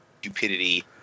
stupidity